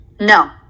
No